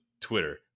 Twitter